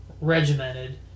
regimented